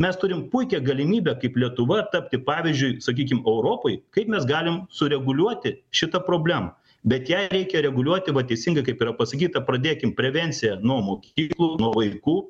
mes turim puikią galimybę kaip lietuva tapti pavyzdžiui sakykim europai kaip mes galim sureguliuoti šitą problemą bet jai reikia reguliuoti va teisingai kaip yra pasakyta pradėkim prevenciją nuo mokyklų vaikų